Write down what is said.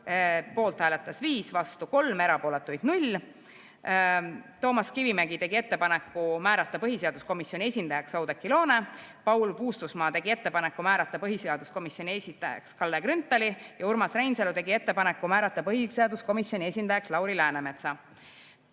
poolt hääletas 5, vastu 3, erapooletuid oli 0. Toomas Kivimägi tegi ettepaneku määrata põhiseaduskomisjoni esindajaks Oudekki Loone, Paul Puustusmaa tegi ettepaneku määrata põhiseaduskomisjoni esindajaks Kalle Grünthal ja Urmas Reinsalu tegi ettepaneku määrata põhiseaduskomisjoni esindajaks Lauri Läänemets.